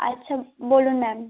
আচ্ছা বলুন ম্যাম